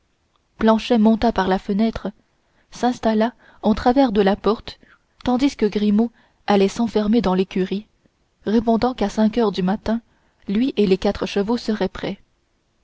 planchet monta par la fenêtre s'installa en travers de la porte tandis que grimaud allait s'enfermer dans l'écurie répondant qu'à cinq heures du matin lui et les quatre chevaux seraient prêts